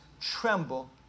tremble